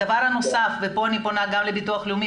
הדבר הנוסף, וכאן אני פונה גם לביטוח הלאומי,